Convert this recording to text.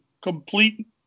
complete –